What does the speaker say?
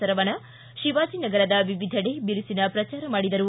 ಸರವಣ ಶಿವಾಜನಗರದ ವಿವಿಧೆಡೆ ಬಿರುಸಿನ ಪ್ರಚಾರ ಮಾಡಿದರು